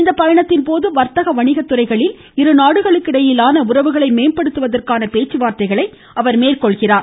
இப்பயணத்தின் போது வர்த்தக வணிகத்துறைகளில் இந்நாடுகளுக்கிடையிலான மேம்படுத்துவதற்கான பேச்சுவார்த்தையை அவர் மேற்கொள்கிறார்